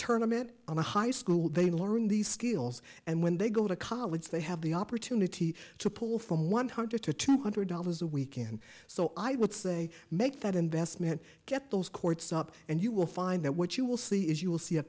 tournaments on a high school they learn these skills and when they go to college they have the opportunity to pull from one hundred to two hundred dollars a week in so i would say make that investment get those courts up and you will find that what you will see is you will see a